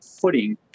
footing